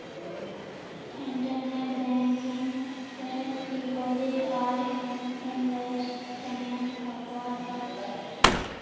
internet banking स deposit आर investment दख्वा स ख छ